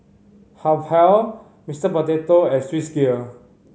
Habhal Mister Potato and Swissgear